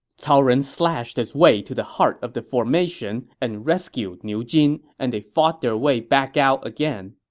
cao ren slashed his way to the heart of the formation and rescued niu jin, and they fought their way back out again.